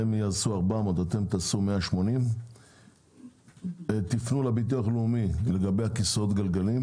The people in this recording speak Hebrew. הם יעשו 400 ואתם תעשו 180. תפנו לביטוח לאומי לגבי כיסאות הגלגלים